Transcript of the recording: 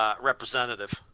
representative